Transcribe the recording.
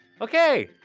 Okay